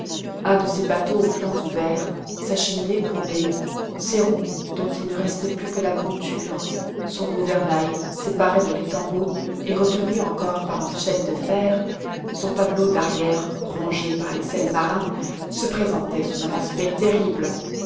un de ces bateaux aux flancs ouverts sa cheminée courbée ses roues dont il ne restait plus que la monture son gouvernail séparé de l'étambot et retenu encore par une chaîne de fer son tableau d'arrière rongé par les sels marins se présentait sous un aspect terrible